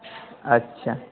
اچھا